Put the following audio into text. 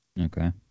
Okay